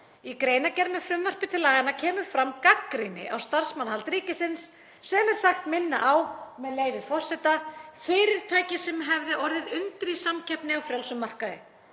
Í greinargerð með frumvarpi til laganna kemur fram gagnrýni á starfsmannahald ríkisins sem er sagt minna á, með leyfi forseta, „fyrirtæki sem hefði orðið undir í samkeppni á frjálsum markaði“.